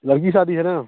लड़की की शादी है न